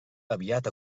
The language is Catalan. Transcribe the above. aviat